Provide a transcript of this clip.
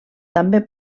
també